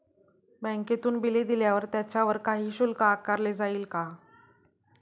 बँकेतून बिले दिल्यावर त्याच्यावर काही शुल्क आकारले जाईल का?